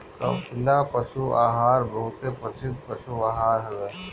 कपिला पशु आहार बहुते प्रसिद्ध पशु आहार हवे